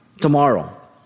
Tomorrow